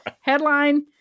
Headline